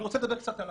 אני רוצה לדבר קצת על